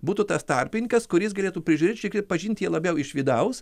būtų tas tarpininkas kuris galėtų prižiūrėti šiek tiek pažinti jį labiau iš vidaus